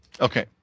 Okay